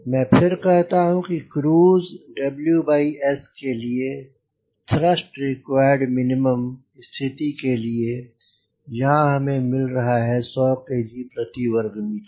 मैं फिर कहता हूँ कि क्रूज WS के लिए थ्रस्ट रिक्वायर्ड मिनिमम स्थिति के लिए यहाँ हमें मिल रहा है 100 kg प्रति वर्ग मीटर